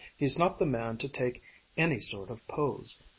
he's not the man to take any sort of pose.